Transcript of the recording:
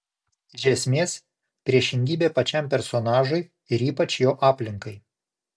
iš esmės priešingybė pačiam personažui ir ypač jo aplinkai